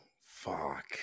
Fuck